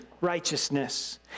righteousness